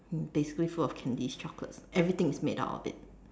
basically full of candies chocolates everything is made out of it